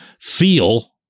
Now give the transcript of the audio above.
feel